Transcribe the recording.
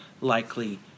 likely